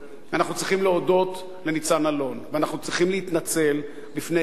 אנחנו צריכים להודות לניצן אלון ואנחנו צריכים להתנצל בפני אמו.